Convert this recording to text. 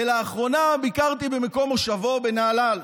ולאחרונה ביקרתי במקום מושבו בנהלל.